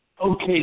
Okay